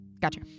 gotcha